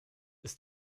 ist